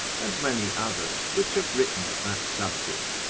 and many others, which have written of that subject.